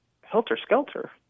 Helter-skelter